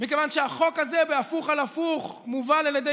מכיוון שהחוק הזה בהפוך על הפוך מובל על ידי